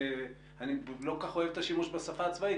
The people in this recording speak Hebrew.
אני לא כל כך אוהב את השימוש בשפה הצבאית